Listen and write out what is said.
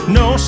no